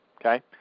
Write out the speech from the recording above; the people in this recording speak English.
Okay